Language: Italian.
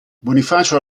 bonifacio